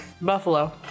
Buffalo